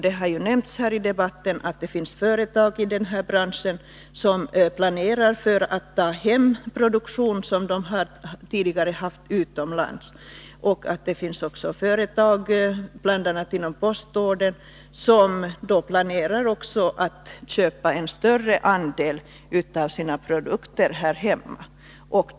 Det har nämnts här i debatten att det finns företag i den här branschen som planerar att ta hem produktion som de tidigare haft utomlands. Det finns också företag, bl.a. inom postorder, som planerar att köpa en större andel av sina varor här hemma.